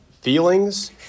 feelings